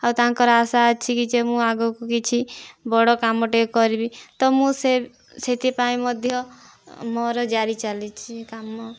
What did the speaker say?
ଆଉ ତାଙ୍କର ଆଶା ଅଛି କି ଯେ ମୁଁ ଆଗକୁ କିଛି ବଡ଼ କାମଟିଏ କରିବି ତ ମୁଁ ସେ ସେଥିପାଇଁ ମଧ୍ୟ ମୋର ଜାରି ଚାଲିଛି କାମ